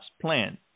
plan